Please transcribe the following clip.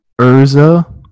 Urza